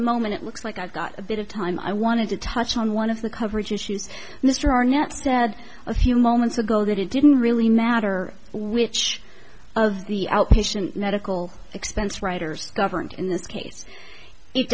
moment it looks like i've got a bit of time i wanted to touch on one of the coverage issues mr arnett said a few moments ago that it didn't really matter which of the outpatient medical expense writers governed in this case it